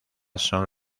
son